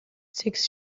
six